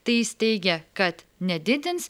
tai jis teigia kad nedidins